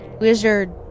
Wizard